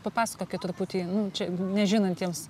papasakokit truputį nu čia nežinantiems